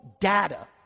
data